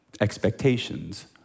expectations